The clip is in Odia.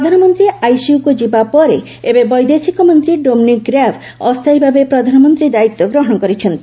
ପ୍ରଧାନମନ୍ତ୍ରୀ ଆଇସିୟୁକୁ ଯିବା ପରେ ଏବେ ବୈଦେଶିକ ମନ୍ତ୍ରୀ ଡୋମିନିକ୍ ର୍ୟାବ୍ ଅସ୍ଥାୟୀ ଭାବେ ପ୍ରଧାନମନ୍ତ୍ରୀ ଦାୟିତ୍ୱ ଗ୍ରହଣ କରିଛନ୍ତି